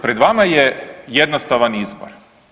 Pred vama je jednostavan izbor.